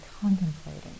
contemplating